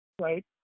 right